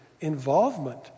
involvement